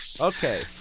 Okay